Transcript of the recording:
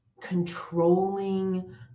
controlling